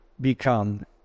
become